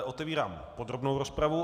Otevírám podrobnou rozpravu.